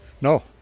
No